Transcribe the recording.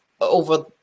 over